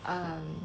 um